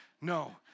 No